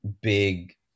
big